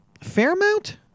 Fairmount